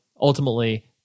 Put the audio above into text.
ultimately